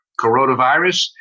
coronavirus